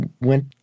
went